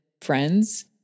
friends